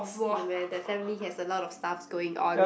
that family has a lot of stuffs going on